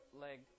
leg